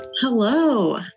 Hello